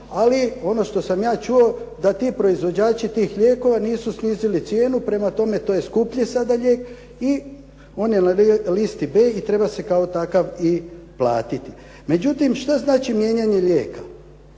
ali ono što sam ja čuo da ti proizvođači tih lijekova nisu snizili cijenu. Prema tome, to je sada skuplji lijek i on je na listi B i treba se kao takav i platiti. Međutim, što znači mijenjanje lijeka?